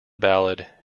ballad